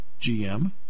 GM